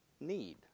need